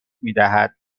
میدهد